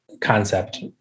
concept